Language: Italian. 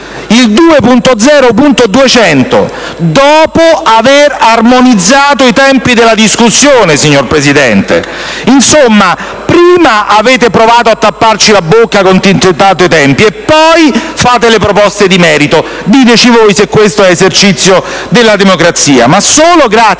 il 2.0.200 -, dopo aver armonizzato i tempi della discussione, signora Presidente. Insomma, prima avete provato a tapparci la bocca contingentando i tempi e poi fate le proposte di merito. Diteci voi se questo è esercizio della democrazia.